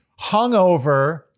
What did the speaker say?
hungover